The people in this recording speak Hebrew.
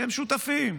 אתם שותפים,